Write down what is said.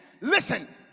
listen